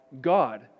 God